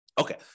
Okay